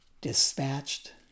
dispatched